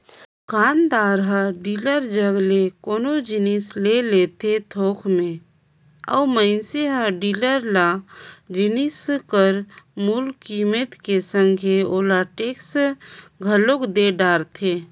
दुकानदार हर डीलर जग ले कोनो जिनिस ले लेथे थोक में अउ मइनसे हर डीलर ल जिनिस कर मूल कीमेत के संघे ओला टेक्स घलोक दे डरथे